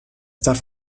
darf